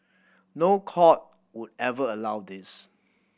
no court would ever allow this